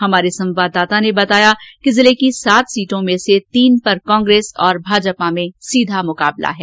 हमारे संवाददाता ने बताया कि जिले की सात सीटों में से तीन पर कांग्रेस और भाजपा में सीधा मुकाबला है